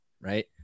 right